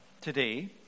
today